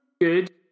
good